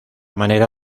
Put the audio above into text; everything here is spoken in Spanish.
manera